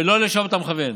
ולא לשם אתה מכוון,